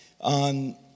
on